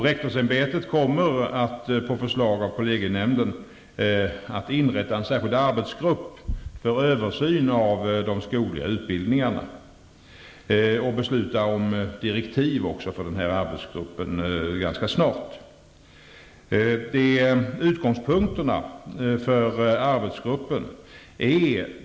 Rektorsämbetet kommer att på förslag av kollegienämnden inrätta en särskild arbetsgrupp för översyn av de skogliga utbildningarna och kommer även ganska snart att besluta om direktiv för denna arbetsgrupp.